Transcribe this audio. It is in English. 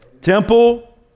temple